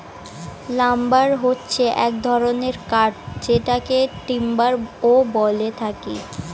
lumber হচ্ছে এক ধরনের কাঠ যেটাকে আমরা টিম্বারও বলে থাকি